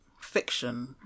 fiction